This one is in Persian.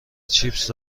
چیپس